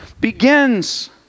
begins